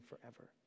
forever